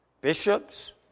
bishops